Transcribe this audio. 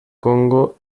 congo